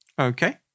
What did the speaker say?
Okay